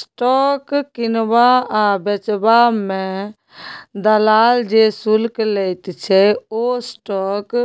stock किनबा आ बेचबा मे दलाल जे शुल्क लैत छै ओ स्टॉक